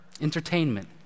entertainment